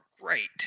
great